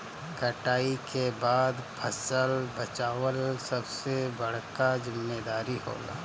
कटाई के बाद फसल बचावल सबसे बड़का जिम्मेदारी होला